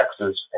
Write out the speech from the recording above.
Texas